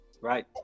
Right